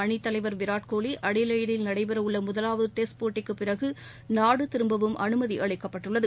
அணித்தலைவர் விராட் னேலி அடிலெய்டில் நடைபெற உள்ள முதலாவது டெஸ்ட் போட்டிக்கு பிறகு நாடு திரும்பவும் அனுமதி அளிக்கப்பட்டுள்ளளது